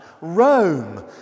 Rome